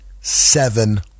seven